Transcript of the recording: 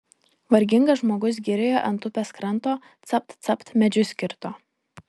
vargingas žmogus girioje ant upės kranto capt capt medžius kirto